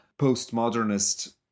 postmodernist